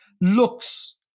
looks